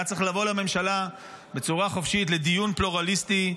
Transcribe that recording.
היה צריך לבוא לממשלה בצורה חופשית לדיון פלורליסטי.